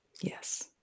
Yes